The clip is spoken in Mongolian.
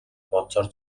бодсоор